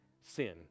sin